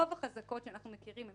רוב החזקות שאנחנו מכירים הן